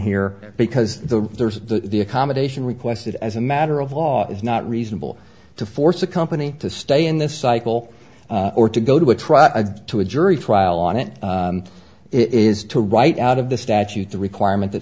here because the there's the accommodation requested as a matter of all it's not reasonable to force a company to stay in this cycle or to go to a try to a jury trial on it is to right out of the statute the requirement that